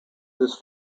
this